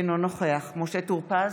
אינו נוכח משה טור פז,